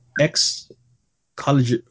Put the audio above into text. ex-college